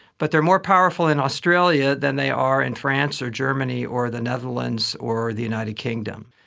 but they are more powerful in australia than they are in france or germany or the netherlands or the united kingdom.